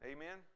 Amen